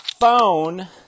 phone